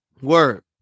Word